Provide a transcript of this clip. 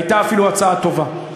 הייתה אפילו הצעה טובה,